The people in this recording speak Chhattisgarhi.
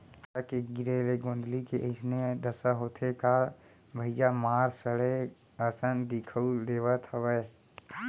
करा के गिरे ले गोंदली के अइसने दसा होथे का भइया मार सड़े असन दिखउल देवत हवय